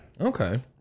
Okay